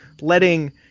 letting